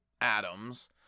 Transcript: atoms